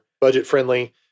budget-friendly